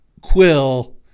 Quill